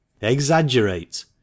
Exaggerate